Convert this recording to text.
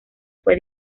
fue